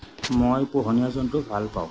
মই পোহনীয়া জন্তু ভাল পাওঁ